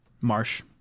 Marsh